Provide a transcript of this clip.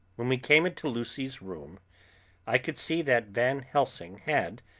when we came into lucy's room i could see that van helsing had,